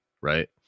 Right